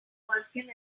vulkan